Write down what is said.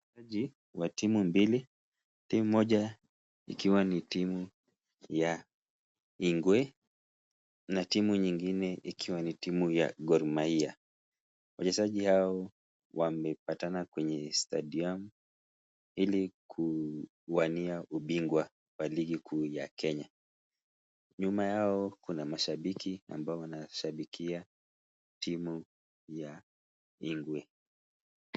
Wachezaji wa timu mbili. Timu mojaya ikiwa ni timu ya ingwe na timu ingine ikiwa ni timu ya Gor mahia. Wachezaji hao wamepatana kwenye [stadium] ili kuwania ubingwa wa ligi kuu ya Kenya. Nyuma yao kuna mashabiki ambao wanashabikia timu ya ingwe.